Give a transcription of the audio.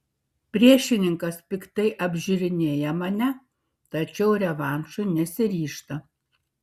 priešininkas piktai apžiūrinėja mane tačiau revanšui nesiryžta